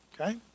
okay